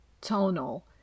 tonal